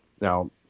Now